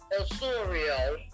Osorio